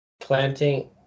Planting